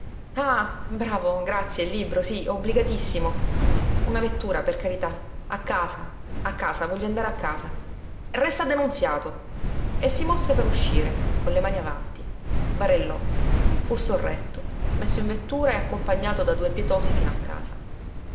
ah bravo grazie il libro sí obbligatissimo una vettura per carità a casa a casa voglio andare a casa resta denunziato e si mosse per uscire con le mani avanti barellò fu sorretto messo in vettura e accompagnato da due pietosi fino a casa